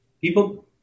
people